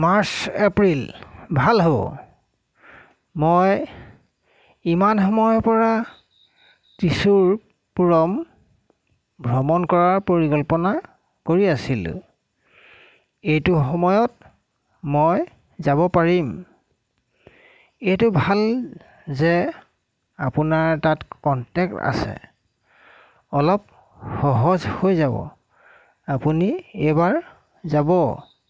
March April ভাল হ'ব মই ইমান সময়ৰ পৰা ত্ৰিচুৰ পুৰম ভ্ৰমণ কৰাৰ পৰিকল্পনা কৰি আছিলোঁ এইটো সময়ত মই যাব পাৰিম এইটো ভাল যে আপোনাৰ তাত কনটেক্ট আছে অলপ সহজ হৈ যাব আপুনি এইবাৰ যাব